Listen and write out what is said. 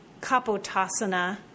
Kapotasana